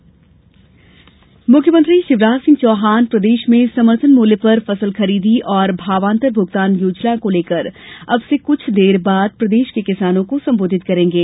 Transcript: मुख्यमंत्री संबोधन मुख्यमंत्री शिवराज सिंह चौहान प्रदेश में समर्थन मूल्य पर फसल खरीदी और भावान्तर भुगतान योजना को लेकर आज अब से कुछ देर बाद प्रदेश को किसानों को संबोधित करेंगे